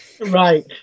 Right